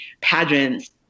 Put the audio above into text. pageants